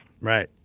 Right